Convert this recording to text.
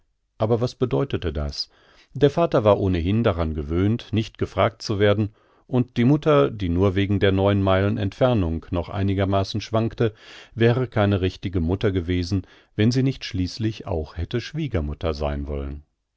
aber was bedeutete das der vater war ohnehin daran gewöhnt nicht gefragt zu werden und die mutter die nur wegen der neun meilen entfernung noch einigermaßen schwankte wäre keine richtige mutter gewesen wenn sie nicht schließlich auch hätte schwiegermutter sein wollen